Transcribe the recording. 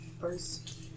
First